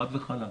חד וחלק.